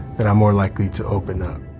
then i'm more likely to open up.